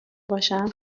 باشم